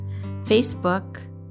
Facebook